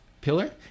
pillar